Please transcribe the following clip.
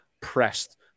pressed